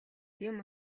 тийм